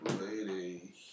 lady